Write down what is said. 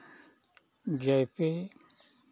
जैसे